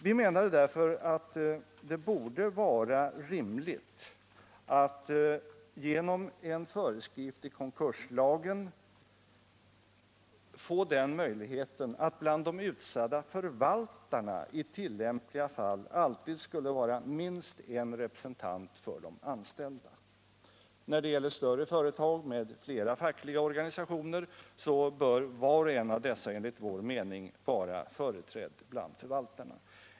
Vi menar därför att det borde vara rimligt att genom en föreskrift i konkurslagen möjliggöra att det bland de utsedda förvaltarna i tillämpliga fall alltid finns minst en representant för de anställda. När det gäller större företag med flera fackliga organisationer bör, enligt vår mening, var och en av dessa vara företrädd bland förvaltarna.